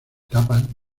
etapas